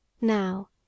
Now